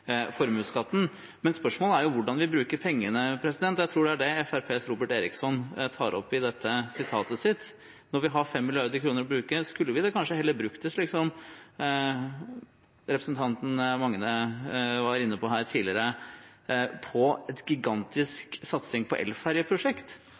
spørsmålet er hvordan vi bruker pengene, og jeg tror det er det Fremskrittspartiets Robert Eriksson tar opp i dette sitatet sitt. Når vi har 5 mrd. kr å bruke, skulle vi da kanskje heller brukt dem – som representanten Magne Rommetveit var inne på her tidligere – på